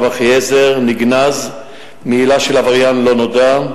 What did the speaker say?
אחיעזר נגנז מעילה של "עבריין לא נודע".